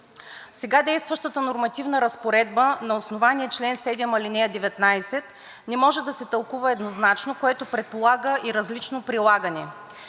Сега действащата нормативна разпоредба на основание чл. 7, ал. 19 не може да се тълкува еднозначно, което предполага и различно прилагане.